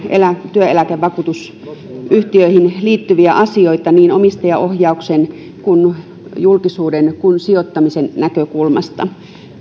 työeläkevakuutusyhtiöihin liittyviä asioita niin omistajaohjauksen kuin julkisuuden kuin sijoittamisenkin näkökulmasta